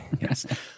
Yes